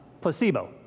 Placebo